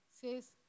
says